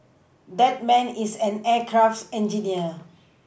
that man is an aircraft engineer